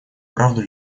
правду